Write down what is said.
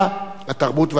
התרבות והטכנולוגיה.